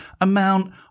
amount